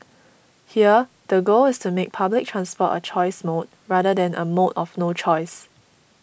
here the goal is to make public transport a choice mode rather than a mode of no choice